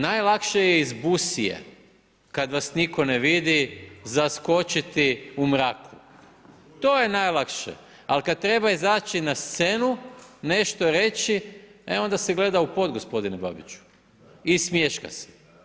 Najlakše je iz busije kada vas nitko ne vidi zaskočiti u mraku, to je najlakše ali kada treba izaći na scenu, nešto reći e onda se gleda u pod gospodine Babiću i smješka se.